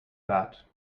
that